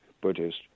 Buddhist